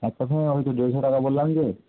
আর তাছাড়া ওই তো দেড়শো টাকা বললাম যে